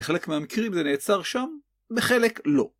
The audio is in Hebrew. חלק מהמקרים זה נעצר שם, וחלק לא.